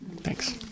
Thanks